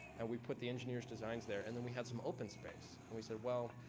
and we put the engineers' designs there. and then, we had some open space. and we said, well,